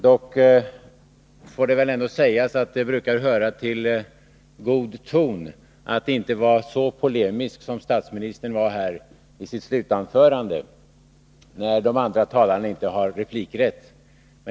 Dock bör det först sägas att det brukar höra till god ton att inte vara så polemisk som statsministern var i sitt slutanförande, när övriga talare inte längre har replikrätt.